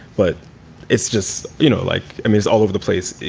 but it's just, you know, like he's all over the place.